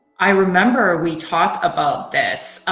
i remember ah we talked about this.